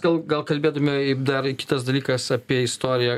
gal gal kalbėdami dar kitas dalykas apie istoriją